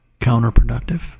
counterproductive